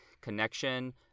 connection